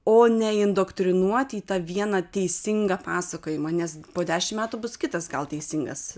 o neindoktrinuoti į tą vieną teisingą pasakojimą nes po dešim metų bus kitas gal teisingas